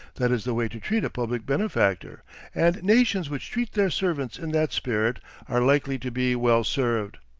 that is the way to treat a public benefactor and nations which treat their servants in that spirit are likely to be well served.